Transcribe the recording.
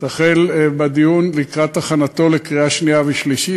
תחל בדיון לקראת הכנתו לקריאה שנייה ושלישית.